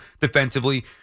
defensively